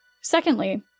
Secondly